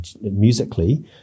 musically